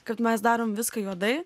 kad mes darom viską juodai